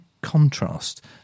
contrast